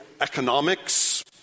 economics